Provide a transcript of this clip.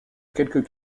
quelques